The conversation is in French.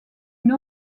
une